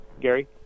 Gary